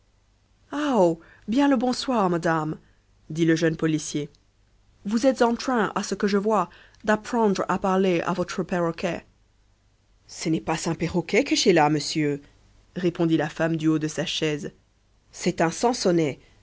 aôh bien le bonsoir madame dit le jeune policier vous êtes en train à ce que je vois d'apprendre à parler à votre perroquet ce n'est pas un perroquet que j'ai là monsieur répondit la femme du haut de sa chaise c'est un